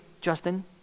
Justin